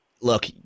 look